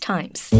Times